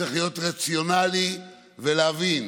צריך להיות רציונליים ולהבין,